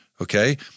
okay